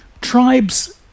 tribes